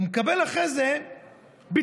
מקבל אחרי זה ביטול.